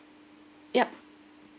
yup